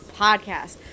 Podcast